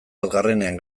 batgarrenean